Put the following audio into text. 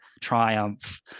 triumph